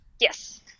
Yes